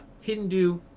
Hindu